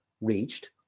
reached